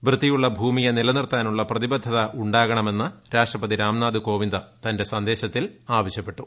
വൃത്തിയുളള ഭൂമിയെ നിലനിറുത്താനുള്ള പ്രതിബദ്ധതയു ാകണമെന്ന് രാഷ്ട്രപതി രാംനാഥ് കോവിന്ദ് തന്റെ സന്ദേശത്തിൽ ആവശ്യപ്പെട്ടു